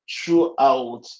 throughout